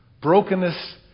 Brokenness